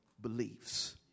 beliefs